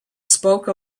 spoke